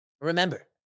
Remember